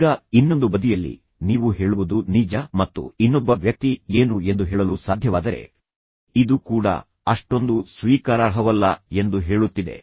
ಈಗ ಇನ್ನೊಂದು ಬದಿಯಲ್ಲಿ ನೀವು ಹೇಳುವುದು ನಿಜ ಮತ್ತು ಇನ್ನೊಬ್ಬ ವ್ಯಕ್ತಿ ಏನು ಎಂದು ಹೇಳಲು ಸಾಧ್ಯವಾದರೆ ಇದು ಕೂಡ ಅಷ್ಟೊಂದು ಸ್ವೀಕಾರಾರ್ಹವಲ್ಲ ಎಂದು ಹೇಳುತ್ತಿದೆ